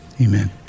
Amen